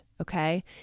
Okay